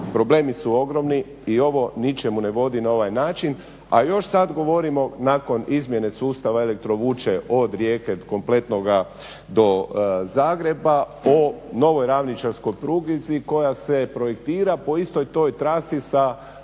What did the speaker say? Problemi su ogromni i ovo ničemu ne vodi na ovaj način, a još sad govorimo nakon izmjene sustava elektrovuče od Rijeke, kompletnoga, do Zagreba po novoj ravničarskoj pruzi koja se projektira po istoj toj traci sa